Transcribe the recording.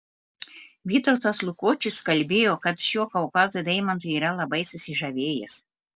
vytautas lukočius kalbėjo kad šiuo kaukazo deimantu yra labai susižavėjęs